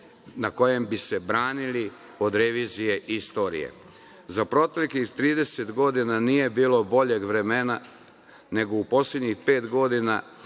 na kojem bi se branili od revizije istorije.Za proteklih 30 godina nije bilo boljeg vremena nego u poslednjih pet godina,